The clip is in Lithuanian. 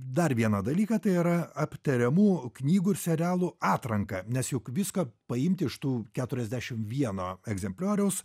dar vieną dalyką tai yra aptariamų knygų ir serialų atranką nes juk viską paimti iš tų keturiasdešim vieno egzemplioriaus